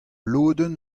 lodenn